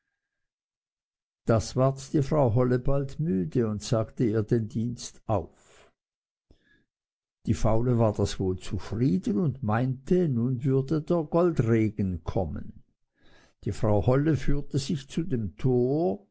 das ward die frau holle bald müde und sagte ihr den dienst auf die faule war das wohl zufrieden und meinte nun würde der goldregen kommen die frau holle führte sie auch zu dem tor